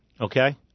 Okay